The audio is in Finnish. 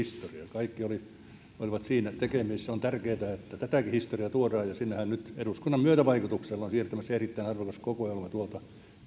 kaikki olivat sen kanssa tekemisissä on tärkeätä että tätäkin historiaa tuodaan ja sinnehän nyt eduskunnan myötävaikutuksella on siirtymässä erittäin arvokas kokoelma tuolta